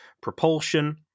propulsion